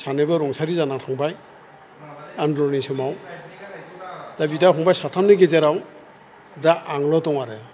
सानैबो रुंसारि जाना थांबाय आन्दलननि समाव दा बिदा फंबाय साथामनि गेजेराव दा आंल' दं आरो